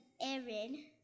Aaron